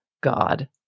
God